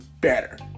better